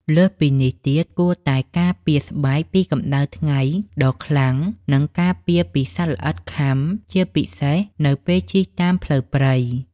លើសពីនេះទៀត គួរតែការពារស្បែកពីកម្ដៅថ្ងៃដ៏ខ្លាំង និងការពារពីសត្វល្អិតខាំ ជាពិសេសនៅពេលជិះតាមផ្លូវព្រៃ។